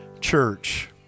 Church